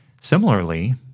Similarly